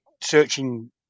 searching